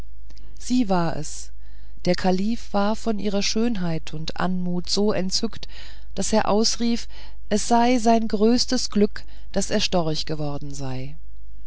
sie war es der kalif war von ihrer schönheit und anmut so entzückt daß er ausrief es sei sein größtes glück daß er storch geworden sei